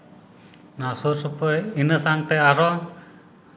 ᱱᱚᱣᱟ ᱥᱩᱨ ᱥᱩᱯᱩᱨ ᱨᱮ ᱤᱱᱟᱹ ᱥᱟᱶᱛᱮ ᱟᱨᱚ